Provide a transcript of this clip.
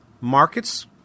markets